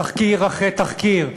תחקיר אחרי תחקיר,